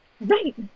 Right